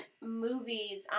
movies